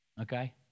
okay